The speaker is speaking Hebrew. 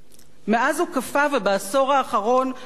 ובעשור האחרון הוא זינק למקומות שאנחנו